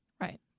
Right